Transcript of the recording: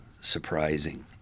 surprising